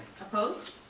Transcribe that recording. Opposed